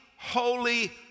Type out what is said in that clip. Holy